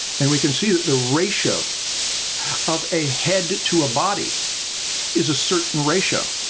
and we can see that the ratio of a head to a body is a certain ratio.